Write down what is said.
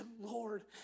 Lord